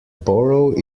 borough